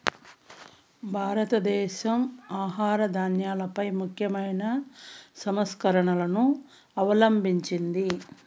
భారతదేశం ఆహార ధాన్యాలపై ముఖ్యమైన సంస్కరణలను అవలంభించింది